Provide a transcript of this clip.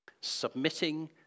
submitting